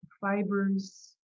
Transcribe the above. fibers